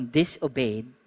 disobeyed